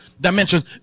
dimensions